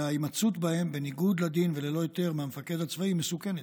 וההימצאות בהם בניגוד לדין וללא היתר מהמפקד הצבאי מסוכנת.